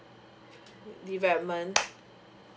development